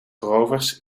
rovers